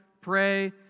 pray